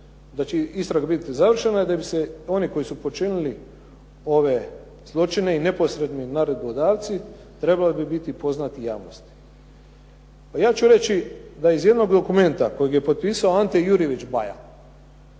da će istraga biti završena i da će se oni koji su počinili ove zločine i neposredni naredbodavci trebali bi biti poznati javnosti." Pa ja ću reći da iz jednog dokumenta kojeg je potpisao Ante Jurjević Baja